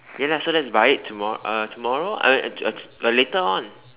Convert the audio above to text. ya lah so let's buy it tomorrow uh tomorrow I mean uh later on